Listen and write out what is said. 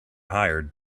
hired